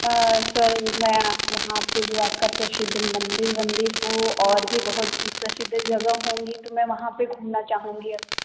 आ sir मैं आपके यहाँ पर जो आपका प्रसिद्ध मंदिर वंदिर हो और भी बहुत कुछ प्रसिद्ध जगह होंगी तो मैं वहाँ पर घूमना चाहूँगी अब